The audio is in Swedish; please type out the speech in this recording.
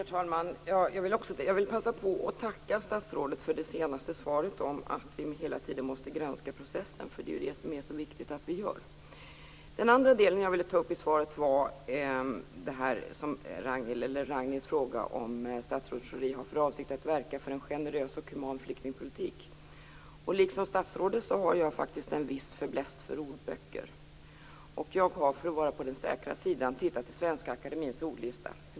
Herr talman! Jag vill passa på att tacka statsrådet för det senaste svaret om att vi hela tiden måste granska processen. Det är viktigt att vi gör det. Den andra delen i svaret som jag ville ta upp var Ragnhild Pohankas fråga om statsrådet Schori har för avsikt att verka för en generös och human flyktingpolitik. Liksom statsrådet har jag faktiskt en viss fäbless för ordböcker. Jag har, för att vara på den säkra sidan, tittat i Svenska akademiens ordlista.